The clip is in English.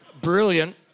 Brilliant